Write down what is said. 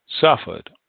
suffered